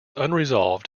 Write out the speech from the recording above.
unresolved